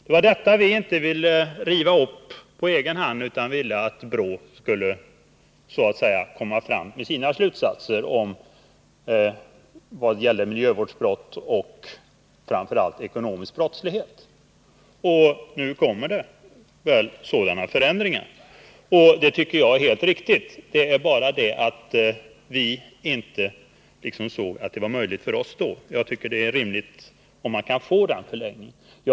Det var detta vi inte ville riva upp på egen hand, utan vi ville att brottsförebyggande rådet skulle komma fram med sina slutsatser när det gäller miljöbrott och när det gäller ekonomisk brottslighet. Nu kommer det väl sådana förändringar och det tycker jag är helt riktigt. Det är bara det att vi inte ansåg det möjligt för oss då. Jag betraktar det som rimligt om vi kan få en sådan förlängning av preskriptionstiden.